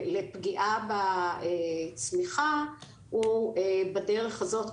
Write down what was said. לפגיעה בצמיחה הוא בדרך הזאת,